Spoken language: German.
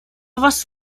was